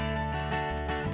and